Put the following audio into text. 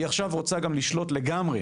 היא עכשיו גם רוצה לשלוט לגמרי